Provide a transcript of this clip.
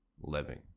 living